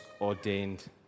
ordained